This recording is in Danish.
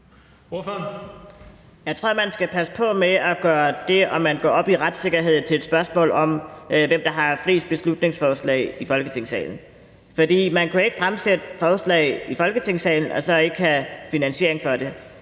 Jeg tror, man skal passe på med at gøre det, om man går op i retssikkerhed, til et spørgsmål om, hvem der har flest beslutningsforslag i Folketingssalen, for man kan jo ikke fremsætte forslag i Folketingssalen og så ikke have finansiering for det.